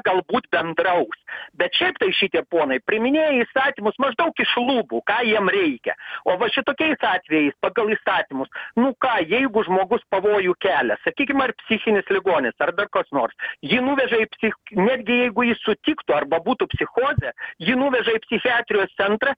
galbūt bendraus bet šiaip tai šitie ponai priiminėja įstatymus maždaug iš lubų ką jiem reikia o va šitokiais atvejais pagal įstatymus nu ką jeigu žmogus pavojų kelia sakykim ar psichinis ligonis ar dar kas nors jį nuvežė į psich netgi jeigu jis sutiktų arba būtų psichozė jį nuveža į psichiatrijos centrą